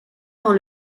dans